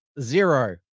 zero